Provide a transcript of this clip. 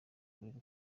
kureka